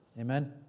Amen